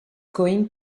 going